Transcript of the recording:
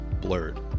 blurred